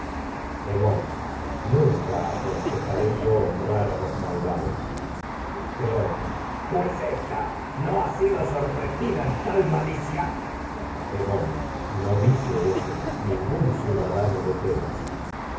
nunca aconsejaré yo honrar a los mal creonte pues malicia hemón no ésta no ha sido sorprendida en tal dice eso ningún es ciudadano la que me de tebas